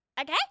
Okay